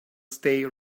stay